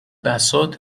بساط